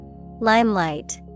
Limelight